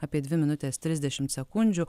apie dvi minutės trisdešimt sekundžių